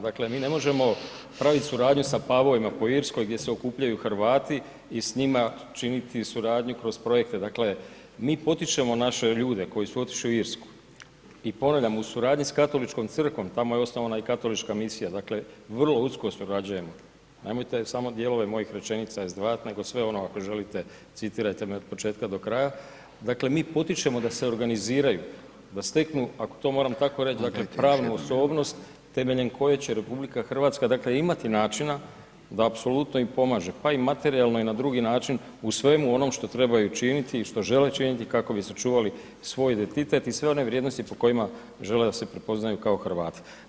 Dakle mi ne možemo praviti suradnju sa ... u Irskoj gdje se okupljaju Hrvati i s njima činiti suradnju kroz projekte, dakle mi potičemo naše ljudi koji su otišli u Irsku i ponavljam, u suradnji a Katoličkom crkvom, tamo je osnovana i katolička misija, dakle vrlo usko surađujemo, nemojte samo dijelove mojih rečenica izdvajati nego sve ono ako želite, citirajte me od početka do kraja, dakle mi potičemo da se organiziraju, da steknu ako to moram tako reći, dakle pravnu osobnost temeljem koje će RH dakle imati način da apsolutno im pomaže, pa i materijalno i na drugi način u svemu onom što trebaju učiniti i što žele činiti kako bi sačuvali svoj identitet i sve one vrijednosti po kojima žele da se prepoznaju kao Hrvati.